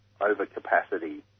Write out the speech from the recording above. overcapacity